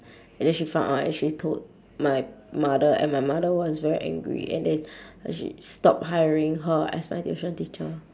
and then she found out and she told my mother and my mother was very angry and then uh she stopped hiring her as my tuition teacher